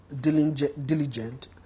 diligent